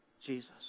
Jesus